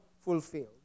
fulfilled